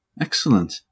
Excellent